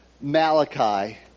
Malachi